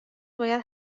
باید